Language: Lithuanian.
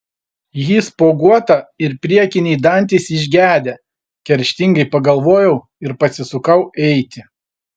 ji spuoguota ir priekiniai dantys išgedę kerštingai pagalvojau ir pasisukau eiti